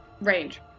range